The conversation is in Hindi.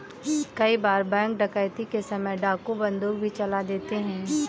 कई बार बैंक डकैती के समय डाकू बंदूक भी चला देते हैं